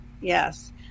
Yes